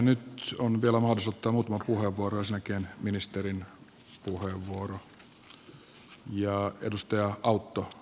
nyt on vielä mahdollisuus ottaa muutama puheenvuoro ja sen jälkeen ministerin puheenvuoro